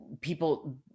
people